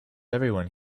everyone